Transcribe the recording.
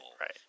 Right